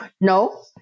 No